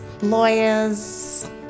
lawyers